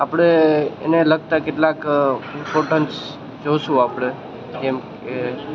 આપણે એને લગતા કેટલાક ઇમ્પોર્ટન્સ જોઈશું આપણે કેમ કે